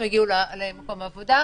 הם יגיעו למקום העבודה.